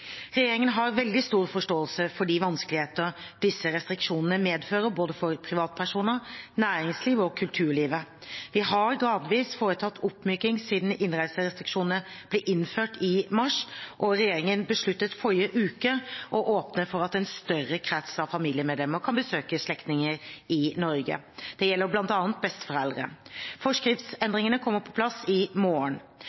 Regjeringen har veldig stor forståelse for de vanskeligheter disse restriksjonene medfører for både privatpersoner, næringslivet og kulturlivet. Vi har gradvis foretatt oppmykninger siden innreiserestriksjonene ble innført i mars, og regjeringen besluttet i forrige uke å åpne for at en større krets av familiemedlemmer kan besøke slektninger i Norge. Det gjelder